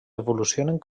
evolucionen